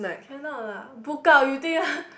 cannot lah book out you think what